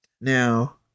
now